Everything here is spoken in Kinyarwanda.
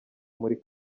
muri